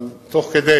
מדוע?